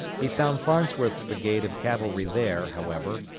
he found farnsworth's brigade of cavalry there, however,